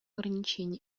ограничений